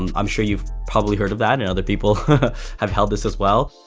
and i'm sure you've probably heard of that, and other people have held this as well